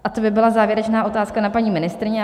A to by byla závěrečná otázka na paní ministryni.